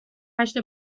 هشت